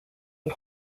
and